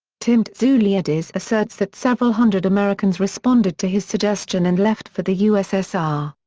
tim tzouliadis asserts that several hundred americans responded to his suggestion and left for the ussr.